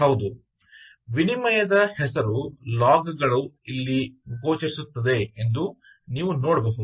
ಹೌದು ವಿನಿಮಯದ ಹೆಸರು ಲಾಗ್ ಗಳು ಇಲ್ಲಿ ಗೋಚರಿಸುತ್ತದೆ ಎಂದು ನೀವು ನೋಡಬಹುದು